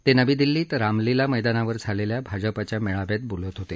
ते नवी दिल्लीत रामलीला मैदानावर झालेल्या भाजपाच्या मेळाव्यात बोलत होते